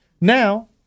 Now